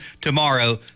tomorrow